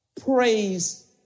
Praise